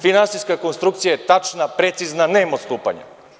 Finansijska konstrukcija je tačna, precizna, nema odstupanja.